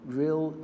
real